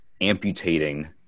amputating